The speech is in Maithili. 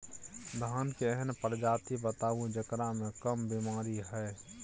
धान के एहन प्रजाति बताबू जेकरा मे कम बीमारी हैय?